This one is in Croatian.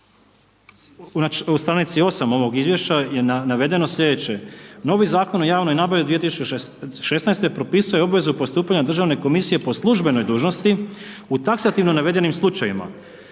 na stranici 8 ovog izvješća je navedeno sljedeće, novi Zakon o javnoj nabavi od 2016. propisuje obvezu postupanja državne komisije po službenoj dužnosti u taksativno navedenim slučajevima,